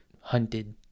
hunted